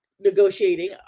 negotiating